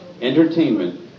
entertainment